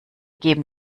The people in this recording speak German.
geben